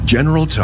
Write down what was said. General